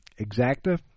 Exacta